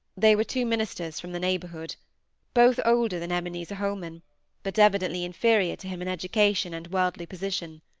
they were two ministers from the neighbourhood both older than ebenezer holman but evidently inferior to him in education and worldly position.